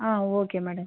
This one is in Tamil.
ah okay madam